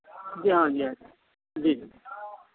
جی ہاں جی ہاں جی ہاں جی جی